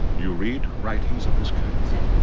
you read writings of this kind